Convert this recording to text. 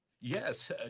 Yes